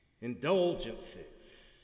Indulgences